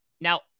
now